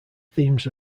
themes